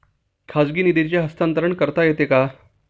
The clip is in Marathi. खाजगी निधीचे हस्तांतरण करता येते का?